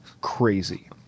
crazy